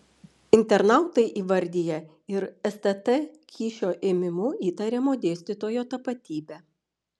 internautai įvardija ir stt kyšio ėmimu įtariamo dėstytojo tapatybę